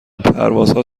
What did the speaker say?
پروازها